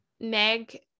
Meg